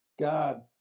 God